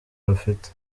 rufite